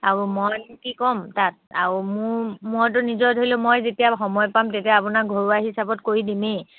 আৰু মই কি ক'ম তাত আৰু মোৰ মইতো নিজৰ ধৰি লওক মই যেতিয়া সময় পাম তেতিয়া আপোনাৰ ঘৰুৱা হিচাপত কৰি দিমেই